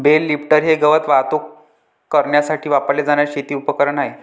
bell lifter हे गवत वाहतूक करण्यासाठी वापरले जाणारे शेती उपकरण आहे